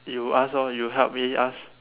you ask hor you help me ask